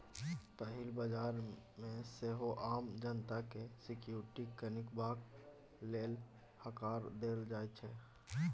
पहिल बजार मे सेहो आम जनता केँ सिक्युरिटी कीनबाक लेल हकार देल जाइ छै